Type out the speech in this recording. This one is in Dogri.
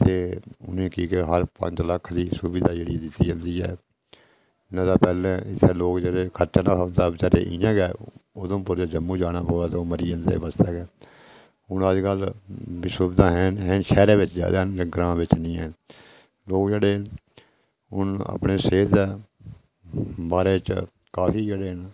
ते उ'नें गी हर साल पंज लक्ख दी सुविधा जेह्ड़ी ऐ दित्ती जंदी ऐ ते इस कोला लोक बचारे खर्चा नेहा होंदा इ'यां गै उधमपुर जां जम्मू जाना पवै ते ओह् मरी जंदे हे बस्से गै ते हून ओह् सुविधा हैन शैह्रें बिच हैन ते ग्रांऽ बिच निं हैन लोक जेह्ड़े हून अपनी सेह्त दा बारे च काफी जैदा